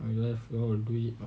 I left y'all to do it orh